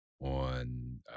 on